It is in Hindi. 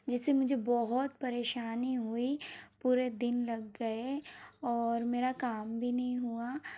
जिससे मुझे बहुत परेशानी हुई पूरे दिन लग गए और मेरा काम भी नहीं हुआ